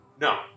no